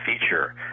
feature